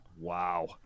Wow